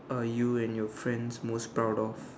are you and your friends most proud of